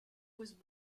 was